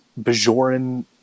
Bajoran